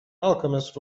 alchemist